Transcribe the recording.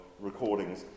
recordings